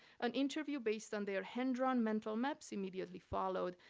an interview based on their hand-drawn mental maps immediately followed,